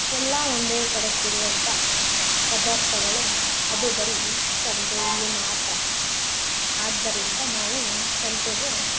ಎಲ್ಲ ಒಂದೇ ಕಡೆ ಸಿಗುವಂಥ ಪದಾರ್ಥಗಳು ಅದು ಬರೀ ಸಂತೆಯಲ್ಲಿ ಮಾತ್ರ ಆದ್ದರಿಂದ ನಾವು ಸಂತೆಗೆ